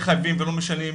אנחנו לא מחייבים ולא משנים.